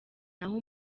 n’aho